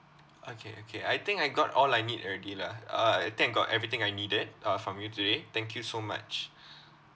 okay okay I think I got all I need already lah uh I think I got everything I needed uh from you today thank you so much